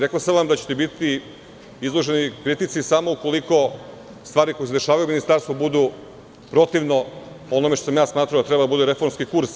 Rekao sam vam da ćete biti izloženi kritici samo ukoliko stvari koje se dešavaju u ministarstvu budu protivne onome što sam ja smatrao da treba da bude reformski kurs.